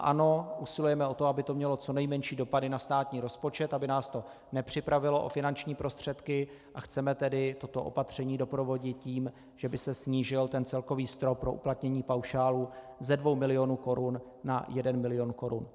Ano, usilujeme o to, aby to mělo co nejmenší dopady na státní rozpočet, aby nás to nepřipravilo o finanční prostředky, a chceme tedy toto opatření doprovodit tím, že by se snížil ten celkový strop pro uplatnění paušálu ze dvou milionů korun na jeden milion korun.